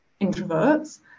introverts